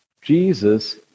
Jesus